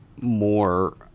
more